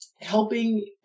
helping